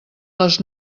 les